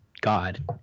God